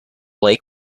lake